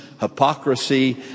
hypocrisy